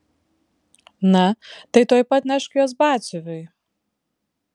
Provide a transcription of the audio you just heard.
na tai tuoj pat nešk juos batsiuviui